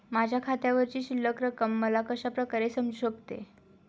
माझ्या खात्यावरची शिल्लक रक्कम मला कशा प्रकारे समजू शकते?